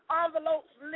envelopes